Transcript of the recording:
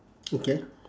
okay